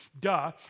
duh